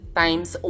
times